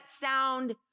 sound